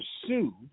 pursue